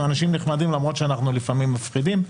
אנחנו אנשים נחמדים למרות שאנחנו לפעמים מפחידים.